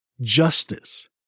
justice